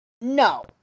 No